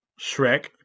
Shrek